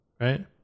right